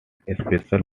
special